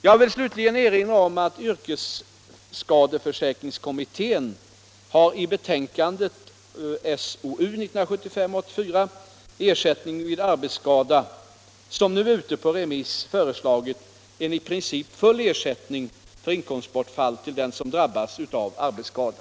Jag vill slutligen erinra om att yrkesskadeförsäkringskommittén i betänkandet SOU 1975:84, Ersättning vid arbetsskada, som nu är ute på remiss, har föreslagit en i princip full ersättning för inkomstbortfall till den som drabbas av arbetsskada.